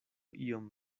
iom